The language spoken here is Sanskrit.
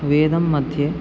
वेदं मध्ये